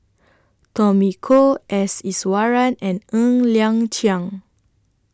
Tommy Koh S Iswaran and Ng Liang Chiang